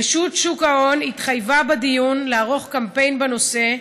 רשות שוק ההון התחייבה בדיון לערוך קמפיין בנושא,